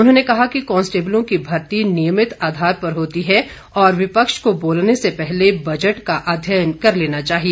उन्होंने कहा कि कांस्टेबलों की भर्ती नियमित आधार पर होती है और विपक्ष को बोलने से पहले बजट का अध्ययन कर लेना चाहिए